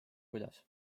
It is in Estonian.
kuidas